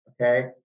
Okay